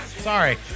Sorry